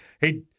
Hey